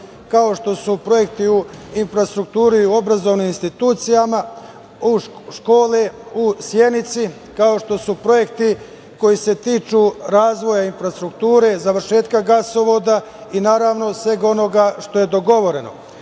kao što su projekti u infrastrukturi i u obrazovnim institucijama, škole u Sjenici, kao što su projekti koji se tiču razvoja infrastrukture, završetka gasovoda i naravno svega onoga što je dogovoreno. Kao